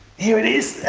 here it is.